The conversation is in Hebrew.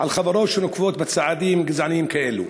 על חברות שנוקטות צעדים גזעניים כאלה?